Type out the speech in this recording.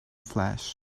flesh